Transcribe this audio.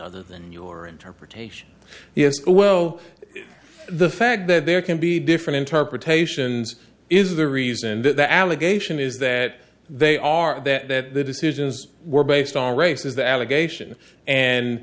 other than your interpretation yes well the fact that there can be different interpretations is the reason that the allegation is that they are that that the decisions were based on race is the allegation and